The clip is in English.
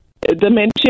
dementia